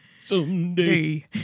Someday